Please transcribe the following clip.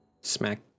smack